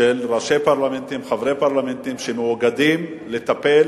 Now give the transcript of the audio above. של ראשי פרלמנטים, חברי פרלמנטים, שמאוגדים לטפל